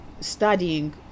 studying